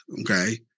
Okay